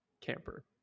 Camper